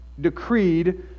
decreed